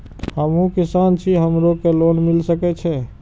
हमू किसान छी हमरो के लोन मिल सके छे?